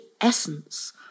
essence